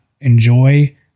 enjoy